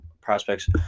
prospects